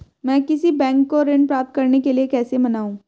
मैं किसी बैंक को ऋण प्राप्त करने के लिए कैसे मनाऊं?